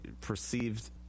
perceived